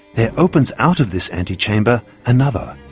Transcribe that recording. there opens out of this ante-chamber another,